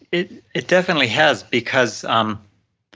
it it definitely has because um